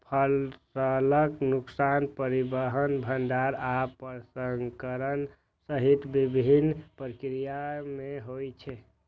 फसलक नुकसान परिवहन, भंंडारण आ प्रसंस्करण सहित विभिन्न प्रक्रिया मे होइ छै